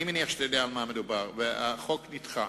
אני מניח שאתה יודע במה מדובר, והחוק נדחה.